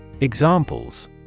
Examples